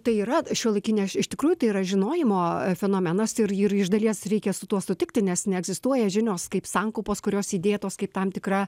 tai yra šiuolaikinė iš tikrųjų tai yra žinojimo fenomenas ir ir iš dalies reikia su tuo sutikti nes neegzistuoja žinios kaip sankaupos kurios įdėtos kaip tam tikra